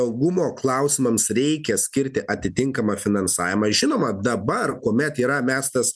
saugumo klausimams reikia skirti atitinkamą finansavimą ir žinoma dabar kuomet yra mestas